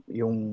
yung